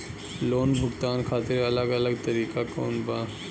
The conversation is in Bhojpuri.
लोन भुगतान खातिर अलग अलग तरीका कौन बा?